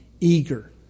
eager